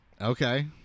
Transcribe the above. Okay